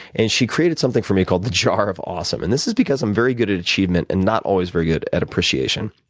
and she created something for me called the jar of awesome. and this is because i'm very good at achievement and not always very good at appreciation.